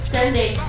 Sunday